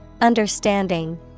Understanding